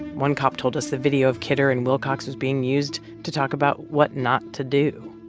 one cop told us the video of kidder and wilcox was being used to talk about what not to do.